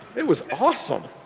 it was awesome.